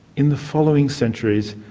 in the following centuries,